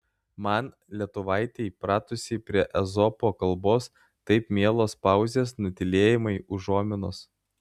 man lietuvaitei pratusiai prie ezopo kalbos taip mielos pauzės nutylėjimai užuominos